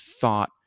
thought